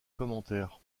commentaire